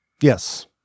Yes